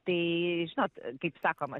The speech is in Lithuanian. tai žinot kaip sakoma